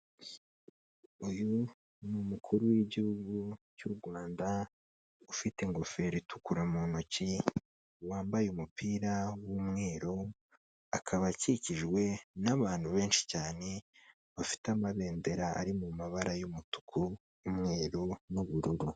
Uyu ni umukuru w'gihugu cy'u Rwanda ufite ingofero itukura mu ntoki wambaye umupira w'umweru, akaba akikijwe n'abantu benshi cyane bafite amabendera ari mu mabara y'umutuku, umweru n'ubururu.